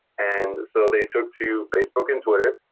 and so they took to facebook and twitter,